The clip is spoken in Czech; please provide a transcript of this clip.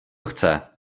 chce